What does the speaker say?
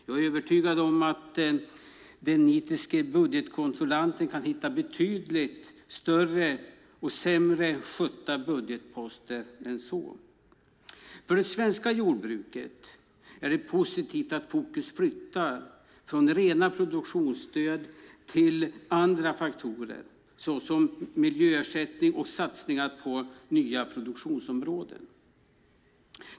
Jag är övertygad om att den nitiske budgetkontrollanten kan hitta betydligt större och sämre skötta budgetposter än så. För det svenska jordbruket är det positivt att fokus flyttas från rena produktionsstöd till andra faktorer som miljöersättning och satsningar på nya produktionsområden.